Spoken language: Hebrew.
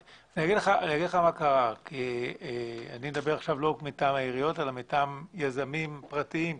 אני אדבר עכשיו לא מטעם העיריות אלא מטעם יזמים פרטיים,